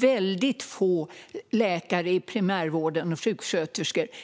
Väldigt få läkare och sjuksköterskor i primärvården